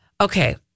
Okay